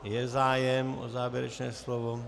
Je zájem o závěrečné slovo.